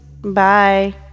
bye